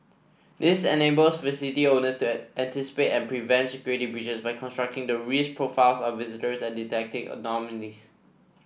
this enables facility owners to anticipate and prevent security breaches by constructing the risk profiles of visitors and detecting anomalies